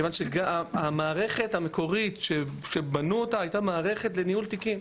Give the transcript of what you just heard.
כיוון שהמערכת המקורית שבנו אותה הייתה מערכת לניהול תיקים.